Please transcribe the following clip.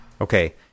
okay